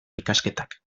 ikasketak